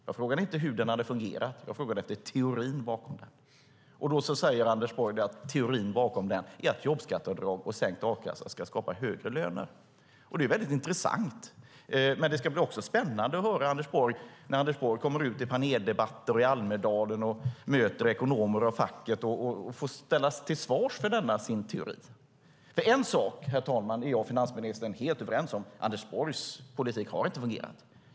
Jag frågade inte hur den hade fungerat; jag frågade om teorin bakom den. Då säger Anders Borg att teorin bakom den är att jobbskatteavdrag och sänkt a-kassa ska skapa högre löner. Det är väldigt intressant, men det ska också bli spännande att höra Anders Borg när han kommer ut i paneldebatter, i Almedalen och bland ekonomer och fack och får ställas till svars för sin teori. En sak, herr talman, är nämligen jag och finansministern helt överens om: Anders Borgs politik har inte fungerat.